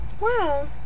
Wow